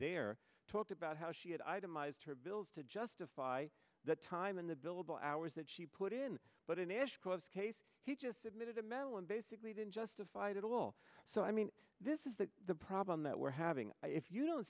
there talked about how she had itemized her bills to justify the time and the billable hours that she put in but in ashcroft's case he just submitted a medal and basically been justified at all so i mean this is that the problem that we're having if you don't